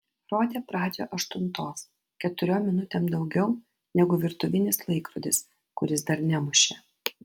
rodė pradžią aštuntos keturiom minutėm daugiau negu virtuvinis laikrodis kuris dar nemušė